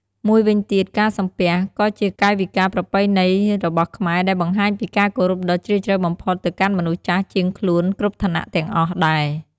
មួយវិញទៀត ការសំពះ ក៏ជាកាយវិការប្រពៃណីរបស់ខ្មែរដែលបង្ហាញពីការគោរពដ៏ជ្រាលជ្រៅបំផុតទៅកាន់មនុស្សចាស់ជាងខ្លួនគ្រប់ឋានៈទាំងអស់ដែរ។